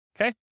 okay